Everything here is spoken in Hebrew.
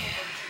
בבקשה.